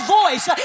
voice